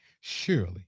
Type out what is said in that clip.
Surely